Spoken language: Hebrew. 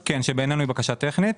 כן, שבעינינו היא בקשה טכנית.